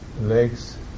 legs